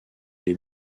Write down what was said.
les